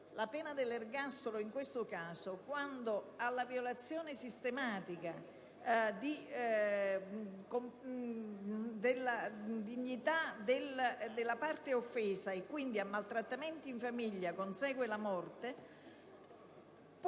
la pena dell'ergastolo in questo caso quando, alla violazione sistematica della salute e della dignità della parte offesa, e quindi a maltrattamenti in famiglia, consegue la morte, può